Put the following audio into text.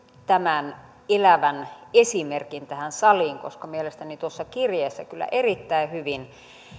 tämän elävän esimerkin tähän saliin koska mielestäni tuossa kirjeessä kyllä erittäin hyvin